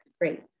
great